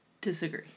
Disagree